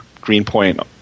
Greenpoint